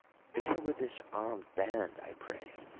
bear with this armed band, i pray.